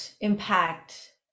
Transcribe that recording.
impact